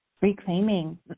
reclaiming